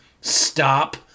Stop